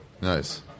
Nice